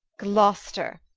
gloster,